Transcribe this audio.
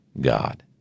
God